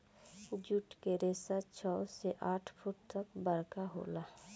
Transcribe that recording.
जुट के रेसा छव से आठ फुट तक बरका होला